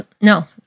No